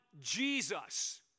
Jesus